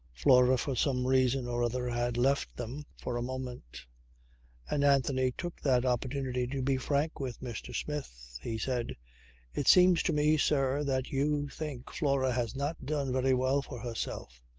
flora for some reason or other had left them for a moment and anthony took that opportunity to be frank with mr. smith. he said it seems to me, sir, that you think flora has not done very well for herself.